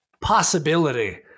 possibility